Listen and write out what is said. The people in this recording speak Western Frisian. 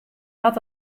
hat